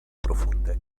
profunde